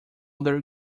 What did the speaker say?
other